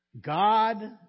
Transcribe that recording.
God